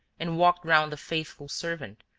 and walked round the faithful servant,